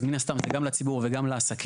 אז מן הסתם זה גם לציבור וגם לעסקים.